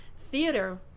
theater